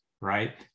right